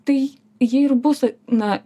tai ji ir būs na